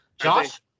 Josh